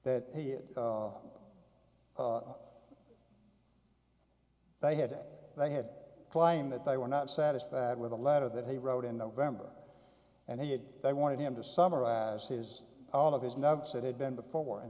that he had they had they had claimed that they were not satisfied with a letter that he wrote in the vendor and he had they wanted him to summarize his all of his notes that had been before and